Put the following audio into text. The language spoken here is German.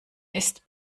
ist